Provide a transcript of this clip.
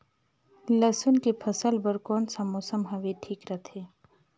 लसुन के फसल बार कोन सा मौसम हवे ठीक रथे?